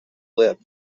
lip